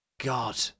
God